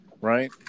right